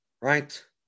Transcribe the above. Right